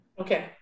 Okay